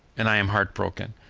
and i am heartbroken.